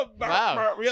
Wow